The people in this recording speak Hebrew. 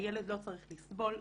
הילד לא צריך לסבול,